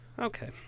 Okay